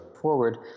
forward